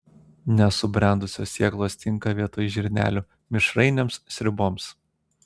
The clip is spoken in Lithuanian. nesubrendusios sėklos tinka vietoj žirnelių mišrainėms sriuboms